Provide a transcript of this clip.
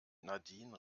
nadine